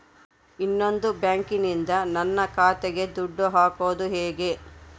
ಇನ್ನೊಂದು ಬ್ಯಾಂಕಿನಿಂದ ನನ್ನ ಖಾತೆಗೆ ದುಡ್ಡು ಹಾಕೋದು ಹೇಗೆ?